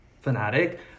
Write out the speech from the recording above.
fanatic